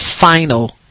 final